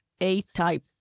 A-type